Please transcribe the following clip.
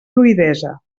fluïdesa